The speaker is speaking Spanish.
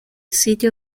sitio